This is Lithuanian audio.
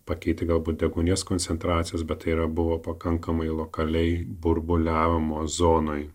pakeiti galbūt deguonies koncentracijos bet tai yra buvo pakankamai lokaliai burbuliavimo zonoje